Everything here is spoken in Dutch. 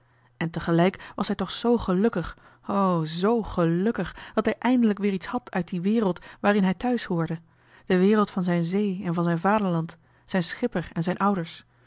te gelijk was hij toch zoo gelukkig o zoo gelukkig dat hij eindelijk weer iets had uit die wereld waarin hij thuis hoorde de wereld van zijn zee en van zijn vaderland zijn schipper en zijn ouders